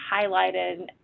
highlighted